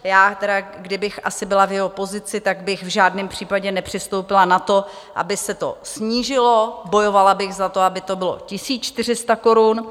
Já tedy kdybych asi byla v jeho pozici, tak bych v žádném případě nepřistoupila na to, aby se to snížilo, bojovala bych za to, aby to bylo 1 400 korun.